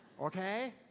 Okay